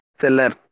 Seller